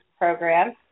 program